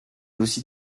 aussi